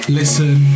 listen